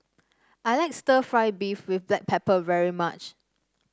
I like stir fry beef with Black Pepper very much